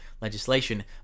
legislation